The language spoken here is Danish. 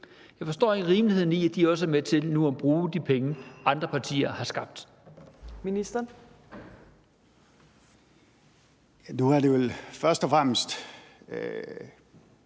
forstår jeg ikke rimeligheden i, at de også er med til nu at bruge de penge, andre partier har skabt.